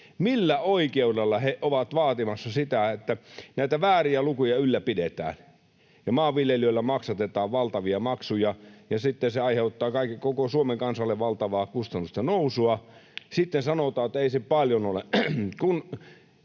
Millä oikeudella he ovat vaatimassa sitä, että näitä vääriä lukuja ylläpidetään? Maanviljelijöillä maksatetaan valtavia maksuja, ja sitten se aiheuttaa koko Suomen kansalle valtavaa kustannusten nousua. Sitten sanotaan, että ei se paljon ole.